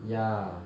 yeah